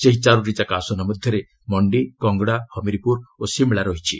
ସେହି ଚାରୋଟି ଯାକ ଆସନ ମଧ୍ୟରେ ମଣ୍ଡି କଙ୍ଗଡ଼ା ହମିରପୁର ଓ ଶିମଳା ରହିଛି